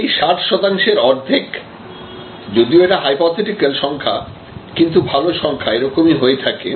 এই 60 শতাংশের আর্ধেক যদিও এটি হাইপোথিটিক্যাল সংখ্যা কিন্তু ভালো সংখ্যাএরকম হয়ে থাকে